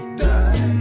die